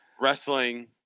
wrestling